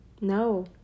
No